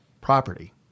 property